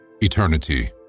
eternity